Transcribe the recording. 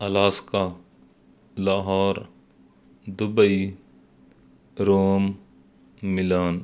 Alaska Lahore Dubai Rome Milan